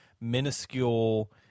minuscule